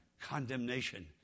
condemnation